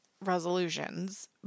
resolutions